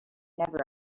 never